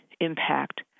impact